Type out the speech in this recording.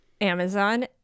Amazon